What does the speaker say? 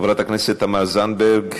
חברת הכנסת תמר זנדברג,